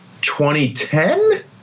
2010